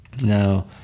Now